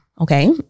okay